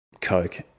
Coke